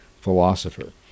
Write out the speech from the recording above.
philosopher